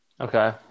Okay